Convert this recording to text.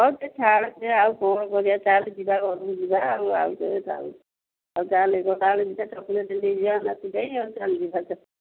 ହଉ ସେ ଛାଡ଼େ ଆଉ କ'ଣ କରିବା ଚାଲେ ଯିବା ଘରକୁ ଯିବା ଆଉ ଆଉ ସେ ଆଉ ଚାଲେ ତାକୁ ଯାହା ଚକ୍ଲେଟ୍ ନେଇଯିବା ନାତି ପାଇଁ ଆଉ ଚାଲ୍ ଯିବା ଚାଲ୍